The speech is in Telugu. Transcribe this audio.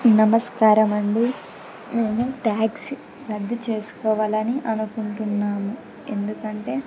నమస్కారమండి నేను ట్యాక్సీ రద్దు చేసుకోవాలని అనుకుంటున్నాము ఎందుకంటే